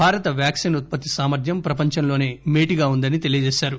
భారత వ్యాక్సిన్ ఉత్పత్తి సామర్ద్యం ప్రపంచంలోనే మేటిగా ఉందని తెలియజేశారు